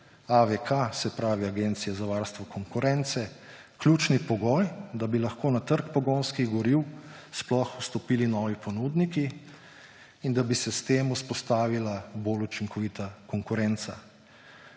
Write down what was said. se pravi Agencije za varstvo konkurence, ključni pogoj, da bi lahko na trg pogonskih goriv sploh vstopili novi ponudniki in da bi se s tem vzpostavila bolj učinkovita konkurenca.